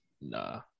Nah